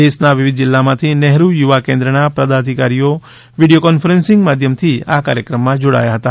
દેશના વિવિધ જિલ્લામાંથી નેહરુ યુવા કેન્દ્રના પદાધિકારીઓ વીડિયો કોન્ફરન્સિંગ માધ્યમથી આ કાર્યક્રમમાં જોડાયા હતા